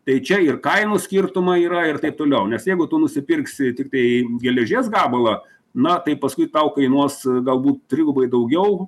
tai čia ir kainų skirtumai yra ir taip toliau nes jeigu tu nusipirksi tiktai geležies gabalą na tai paskui tau kainuos galbūt trigubai daugiau